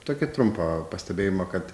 tokį trumpą pastebėjimą kad